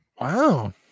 Wow